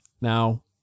Now